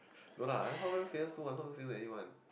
no lah anyone